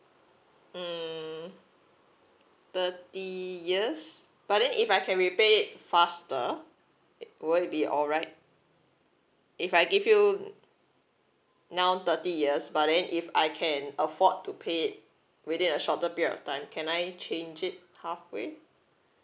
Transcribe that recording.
mm thirty years but then if I can repay it faster will it be alright if I give you now thirty years but then if I can afford to pay it within a shorter period of time can I change it halfway